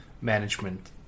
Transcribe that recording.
management